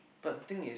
but the thing is